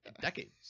decades